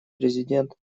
президент